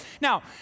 Now